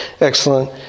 excellent